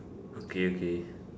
okay okay